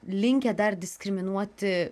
linkę dar diskriminuoti